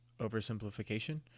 oversimplification